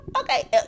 okay